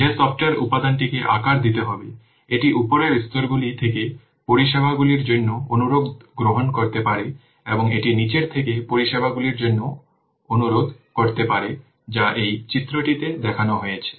যে সফ্টওয়্যার উপাদানটিকে আকার দিতে হবে এটি উপরের স্তরগুলি থেকে পরিষেবাগুলির জন্য অনুরোধ গ্রহণ করতে পারে এবং এটি নীচের থেকে পরিষেবাগুলির জন্য অনুরোধ করতে পারে যা এই চিত্রটিতে দেখানো হয়েছে